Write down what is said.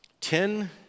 Ten